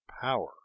POWER